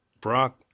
Brock